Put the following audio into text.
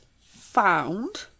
found